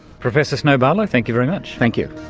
professor snow barlow, thank you very much. thank you.